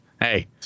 Hey